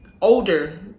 older